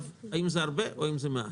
האם זה הרבה או האם זה מעט?